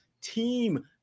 team